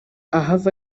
ahave